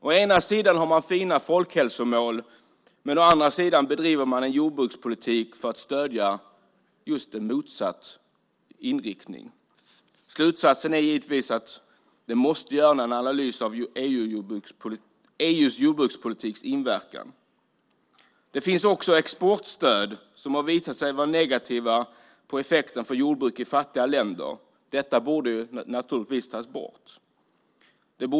Å ena sidan har man fina folkhälsomål, men å andra sidan bedriver man en jordbrukspolitik för att stödja en motsatt inriktning. Slutsatsen är givetvis att det måste ske en analys av EU:s jordbrukspolitiks inverkan. Det finns också exportstöd som har visat sig vara negativa på effekten för jordbruket i fattiga länder. Detta borde naturligtvis tas bort.